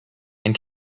and